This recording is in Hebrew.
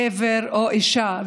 גבר או אישה.